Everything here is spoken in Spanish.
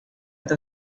esta